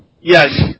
Yes